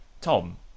Tom